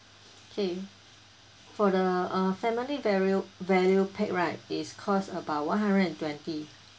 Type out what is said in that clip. okay for the uh family value value pack right is cost about one hundred and twenty